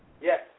Yes